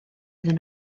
iddyn